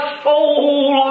soul